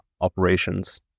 operations